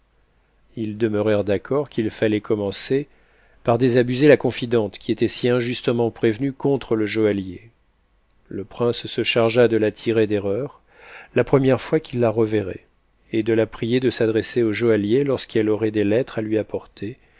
ils demeurèrent d'accord qu'il fallait commencer par désabuser la confidente qui était si injuste ment prévenue contre le joaillier le prince se chargea de la tirer d'erreur la première fois qu'il la revcrrait et de la prier de s'adresser au joaillier lorsqu'elle aurait des lettres à lui apporter